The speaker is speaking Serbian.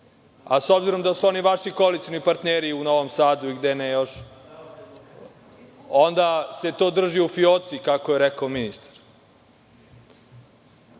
a s obzirom da su oni vaši koalicioni partneri u Novom Sadu i gde ne još, onda se to drži u fijoci, kako je rekao ministar. Ko